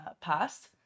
past